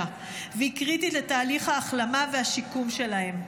והיא קריטית לתהליך ההחלמה והשיקום שלהם.